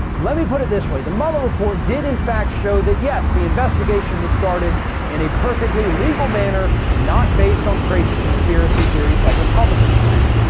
let me put it this way. the mueller report did in fact show that yes, the investigation was started in a perfectly legal manner, not based on crazy conspiracy theories that republicans claim.